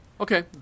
okay